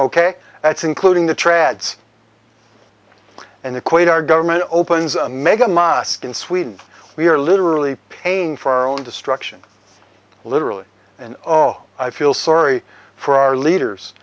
ok that's including the trads and equate our government opens a mega mosque in sweden we are literally paying for our own destruction literally and oh i feel sorry for our leaders